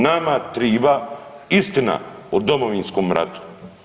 Nama triba istina o Domovinskom ratu.